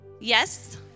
Yes